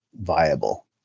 viable